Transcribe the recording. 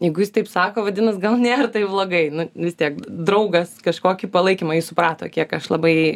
jeigu jis taip sako vadinas gal nėra taip blogai nu vis tiek draugas kažkokį palaikymą suprato kiek aš labai